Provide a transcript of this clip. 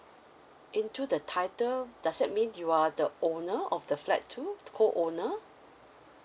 into the title does that mean you are the owner of the flat too co owner